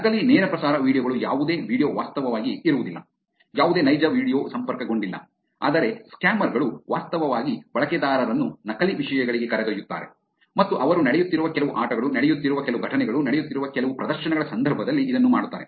ನಕಲಿ ನೇರ ಪ್ರಸಾರ ವೀಡಿಯೊ ಗಳು ಯಾವುದೇ ವೀಡಿಯೊ ವಾಸ್ತವವಾಗಿ ಇರುವುದಿಲ್ಲ ಯಾವುದೇ ನೈಜ ವೀಡಿಯೊ ಸಂಪರ್ಕಗೊಂಡಿಲ್ಲ ಆದರೆ ಸ್ಕ್ಯಾಮರ್ ಗಳು ವಾಸ್ತವವಾಗಿ ಬಳಕೆದಾರರನ್ನು ನಕಲಿ ವಿಷಯಗಳಿಗೆ ಕರೆದೊಯ್ಯುತ್ತಾರೆ ಮತ್ತು ಅವರು ನಡೆಯುತ್ತಿರುವ ಕೆಲವು ಆಟಗಳು ನಡೆಯುತ್ತಿರುವ ಕೆಲವು ಘಟನೆಗಳು ನಡೆಯುತ್ತಿರುವ ಕೆಲವು ಪ್ರದರ್ಶನಗಳ ಸಂದರ್ಭದಲ್ಲಿ ಇದನ್ನು ಮಾಡುತ್ತಾರೆ